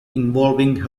involving